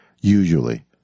Usually